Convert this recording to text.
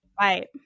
Right